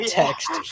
text